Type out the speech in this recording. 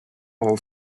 all